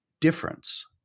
difference